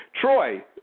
Troy